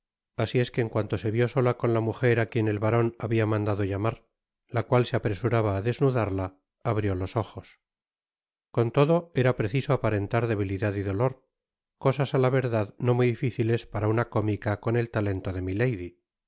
asi es que en cuanto se vió sola con la mujer á quien el baron habia mandado llamar la cual se apresuraba á desnudarla abrió los ojos con todo era preciso aparentar debilidad y dolor cosas á la verdad no muy difíciles para una cómica con el talento de milady